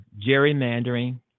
gerrymandering